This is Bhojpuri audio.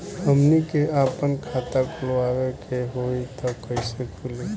हमनी के आापन खाता खोलवावे के होइ त कइसे खुली